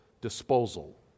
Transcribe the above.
disposal